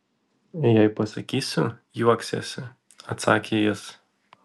jei pasakysiu juoksiesi atsakė jis